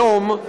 היום,